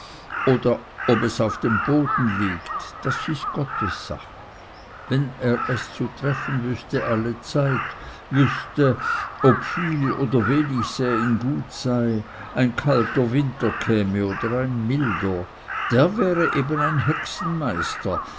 oder ob es auf dem boden liegt das ist gottes sache wer es zu treffen wüßte allezeit wüßte ob viel oder wenig säen gut sei ein kalter winter käme oder ein milder der wäre eben ein hexenmeister